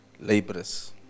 laborers